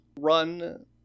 run